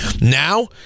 Now